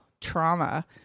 trauma